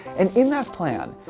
and in that plan,